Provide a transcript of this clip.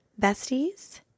besties